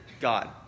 God